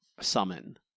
summon